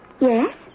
Yes